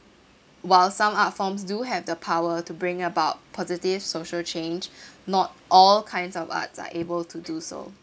while some art forms do have the power to bring about positive social change not all kinds of arts are able to do so